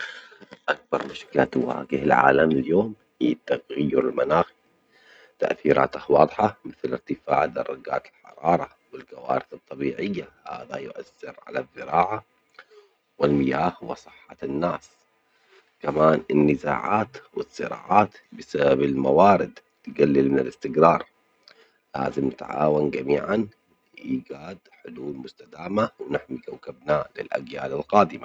أكبر مشكلة تواجه العالم اليوم هي تغير المناخ، تأثيراته واضحة مثل ارتفاع درجات الحرارة والكوارث الطبيعية، هذا يؤثر على الزراعة والمياه وصحة الناس، كمان النزاعات والصراعات بسبب الموارد تجلل من الاستجرار ، لازم نتعاون جميعًا لإيجاد حلول مستدامة ونحمي كوكبنا للأجيال القادمة.